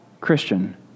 Christian